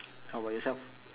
how about yourself